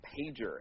pager